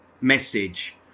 message